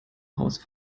haus